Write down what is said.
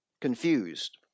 confused